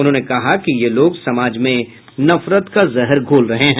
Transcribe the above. उन्होंने कहा कि ये लोग समाज में नफरत का जहर घोल रहे हैं